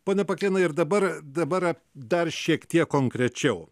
pone pakėnai ir dabar dabar dar šiek tiek konkrečiau